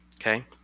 okay